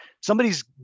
Somebody's